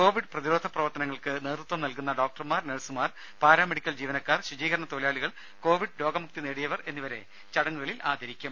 Covid പ്രതിരോധ പ്രവർത്തനങ്ങൾക്ക് നേതൃത്വം നൽകുന്ന ഡോക്ടർമാർ നഴ്സുമാർ പാരാമെഡിക്കൽ ജീവനക്കാർ ശുചീകരണ തൊഴിലാളികൾ കോവിഡ് രോഗമുക്തി നേടിയവർ എന്നിവരെ ചടങ്ങുകളിൽ ആദരിക്കും